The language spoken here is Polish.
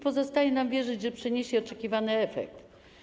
Pozostaje nam wierzyć, że przyniesie oczekiwany efekt.